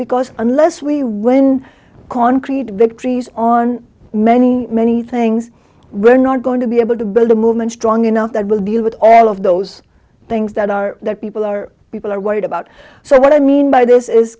because unless we win concrete victories on many many things we're not going to be able to build a movement strong enough that will be with all of those things that are that people are people are worried about so what i mean by this is